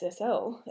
ssl